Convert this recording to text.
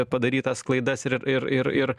padarytas klaidas ir ir ir ir